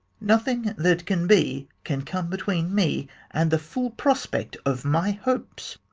nothing that can be can come between me and the full prospect of my hopes.